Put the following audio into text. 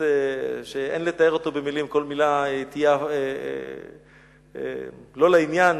שאין לתאר אותו במלים, כל מלה תהיה לא לעניין,